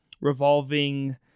revolving